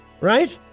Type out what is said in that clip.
Right